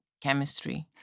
chemistry